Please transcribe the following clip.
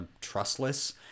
trustless